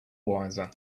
wiser